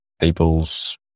people's